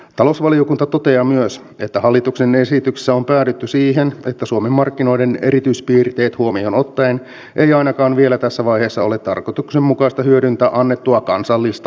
talousvaliokunta toteaa myös että hallituksen esityksessä on päädytty siihen että suomen markkinoiden erityispiirteet huomioon ottaen ei ainakaan vielä tässä vaiheessa ole tarkoituksenmukaista hyödyntää annettua kansallista harkintavaltaa